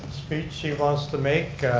speech she wants to make.